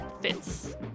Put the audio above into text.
fits